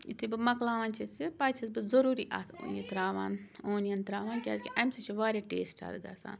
یُتھُے بہٕ مکلاوان چھَس یہِ پَتہٕ چھَس بہٕ ضروٗری اَتھ یہِ ترٛاوان اونِین ترٛاوان کیٛازِکہِ امہِ سۭتۍ چھِ واریاہ ٹیسٹ اَتھ گژھان